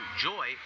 joy